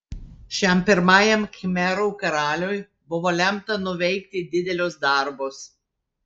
šiam pirmajam khmerų karaliui buvo lemta nuveikti didelius darbus